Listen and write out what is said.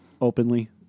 openly